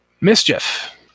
Mischief